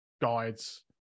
guides